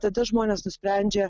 tada žmonės nusprendžia